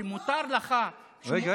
שמותר לך, הוא לא אמר שגית.